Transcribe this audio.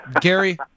Gary